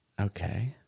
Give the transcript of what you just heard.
okay